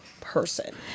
person